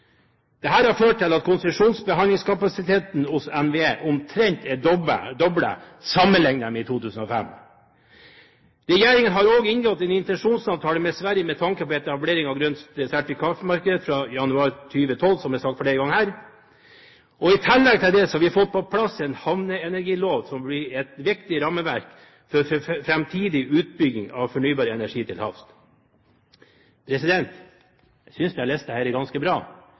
har ført til at konsesjonsbehandlingskapasiteten hos NVE omtrent er doblet sammenlignet med 2005. Regjeringen har også inngått en intensjonsavtale med Sverige med tanke på etablering av et grønt sertifikatmarked fra januar 2012, som det er sagt flere ganger her. I tillegg til det har vi fått på plass en havenergilov, som vil bli et viktig rammeverk for framtidig utbygging av fornybar energi til havs. Jeg synes denne listen er ganske bra.